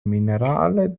minerale